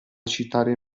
citare